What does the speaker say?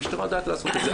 המשטרה יודעת לעשות את זה.